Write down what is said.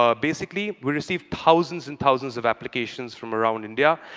ah basically, we receive thousands and thousands of applications from around india,